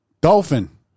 Dolphin